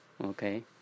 Okay